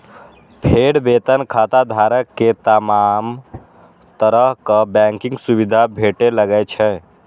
फेर वेतन खाताधारक कें तमाम तरहक बैंकिंग सुविधा भेटय लागै छै